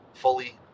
Fully